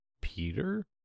Peter